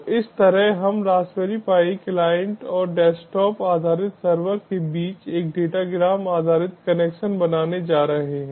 तो इस तरह हम रासबेरी पाई क्लाइंटclient और डेस्कटॉप आधारित सर्वरserver के बीच एक डेटाग्राम आधारित कनेक्शन बनाने जा रहे हैं